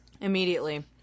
immediately